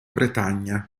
bretagna